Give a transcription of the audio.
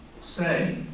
say